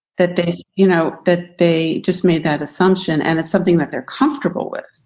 that they you know, that they just made that assumption. and it's something that they're comfortable with.